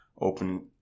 open